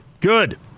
Good